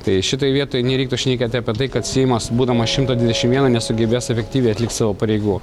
tai šitoj vietoj nereiktų šnekėti apie tai kad seimas būdamas šimto dvidešim vieno nesugebės efektyviai atlikt savo pareigų